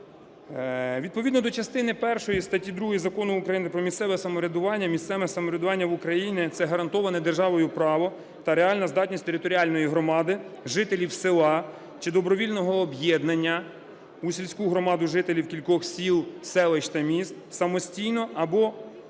Відповідно до частини першої статті 2 Закону України про місцеве самоврядування місцеве самоврядування в Україні – це гарантоване державою право та реальна здатність територіальної громади, жителів села чи добровільного об'єднання у сільську громаду жителів кількох сіл, селищ та міст самостійно або під